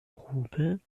rubel